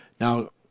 Now